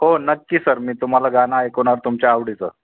हो नक्की सर मी तुम्हाला गाणं ऐकवणार तुमच्या आवडीचं